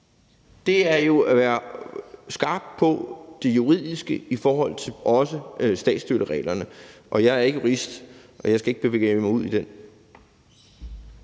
handler om at være skarp på det juridiske i forhold til statsstøttereglerne, og jeg er ikke jurist, og jeg skal ikke begive mig ud i det.